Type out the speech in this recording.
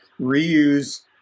reuse